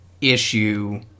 issue